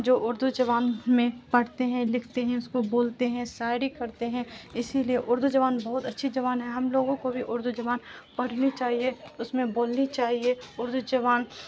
جو اردو زبان میں پڑھتے ہیں لکھتے ہیں اس کو بولتے ہیں شاعری کرتے ہیں اسی لیے اردو زبان بہت اچھی زبان ہے ہم لوگوں کو بھی اردو زبان پڑھنی چاہیے اس میں بولنی چاہیے اردو زبان